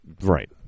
Right